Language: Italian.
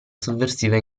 sovversiva